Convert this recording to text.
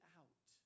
out